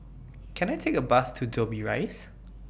Can I Take A Bus to Dobbie Rise